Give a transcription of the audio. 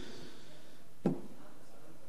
בבקשה.